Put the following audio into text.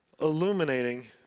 illuminating